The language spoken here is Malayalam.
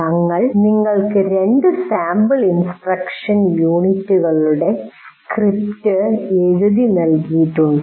ഞങ്ങൾ നിങ്ങൾക്ക് രണ്ട് സാമ്പിൾ ഇൻസ്ട്രക്ഷണൽ യൂണിറ്റുകൾക്കുള്ള സ്ക്രിപ്റ്റ് എഴുതി നൽകിയിട്ടുണ്ട്